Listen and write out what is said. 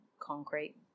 concrete